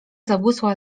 zabłysła